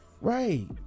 right